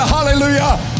Hallelujah